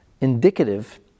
indicative